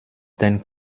den